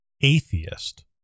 atheist